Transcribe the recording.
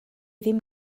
ddim